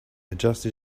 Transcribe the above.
adjusted